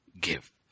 give